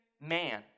man